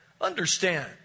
Understand